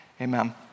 Amen